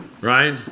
right